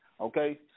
Okay